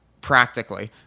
practically